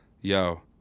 yo